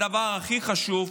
הדבר הכי חשוב,